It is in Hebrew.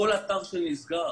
כל אתר שנסגר